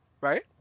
Right